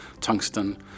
tungsten